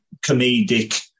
comedic